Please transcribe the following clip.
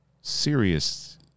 serious